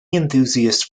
enthusiast